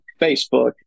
Facebook